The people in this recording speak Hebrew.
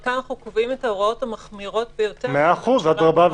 כאן אנחנו קובעים את ההוראות המחמירות ביותר שהממשלה יכולה לקבוע.